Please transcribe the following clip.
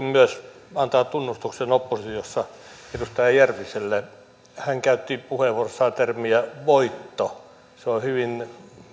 myös antaa tunnustuksen edustaja järviselle oppositiossa hän käytti puheenvuorossaan termiä voitto on hyvin